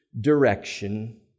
direction